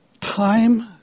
time